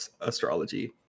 astrology